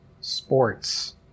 sports